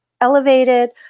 elevated